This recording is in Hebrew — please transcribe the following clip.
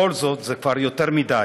בכל זאת זה כבר יותר מדי,